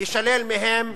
יישלל מהם מימון,